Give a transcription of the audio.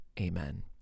Amen